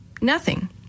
Nothing